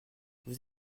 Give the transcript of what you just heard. vous